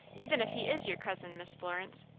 even if he is your cousin, miss florence.